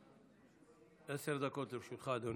עשר דקות לרשותך, אדוני.